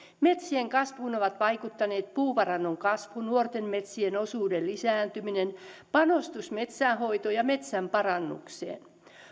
metsien kasvuun ovat vaikuttaneet puuvarannon kasvu nuorten metsien osuuden lisääntyminen panostus metsänhoitoon ja metsän parannukseen